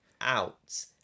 out